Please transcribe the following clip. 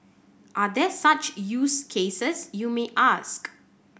are there such use cases you may ask